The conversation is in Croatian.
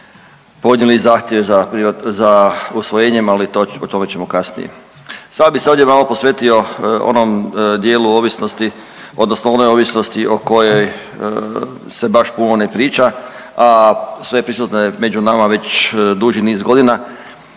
podnijeli zahtjev za posvojenjem, ali o tome ćemo kasnije. Sada bi se ovdje malo posvetio onom dijelu ovisnosti odnosno onoj ovisnosti o kojoj se baš puno ne priča, a sve prisutne među nama već duži niz godina